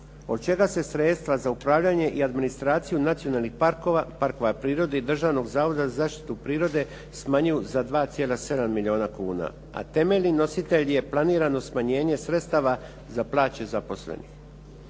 Od čega se sredstva za upravljanje i administraciju nacionalnih parkova, parkova prirode i državnog zavoda za zaštitu prirode smanjuju za 2,7 milijuna kuna. A temeljni nositelj je planirano smanjenje sredstava za plaće zaposlenih.